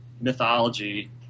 mythology